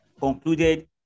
concluded